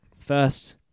first